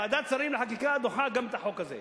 ועדת השרים לחקיקה דוחה גם את החוק הזה.